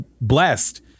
blessed